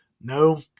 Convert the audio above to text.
no